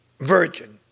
Virgin